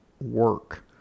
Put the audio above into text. work